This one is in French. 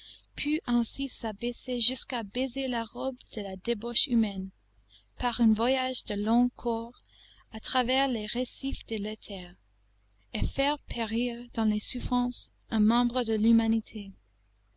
pût ainsi s'abaisser jusqu'à baiser la robe de la débauche humaine par un voyage de long cours à travers les récifs de l'éther et faire périr dans les souffrances un membre de l'humanité